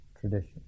tradition